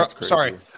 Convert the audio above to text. Sorry